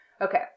Okay